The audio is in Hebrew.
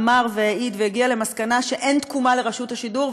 אמר והעיד והגיע למסקנה שאין תקומה לרשות השידור,